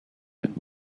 and